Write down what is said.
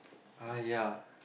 !aiya!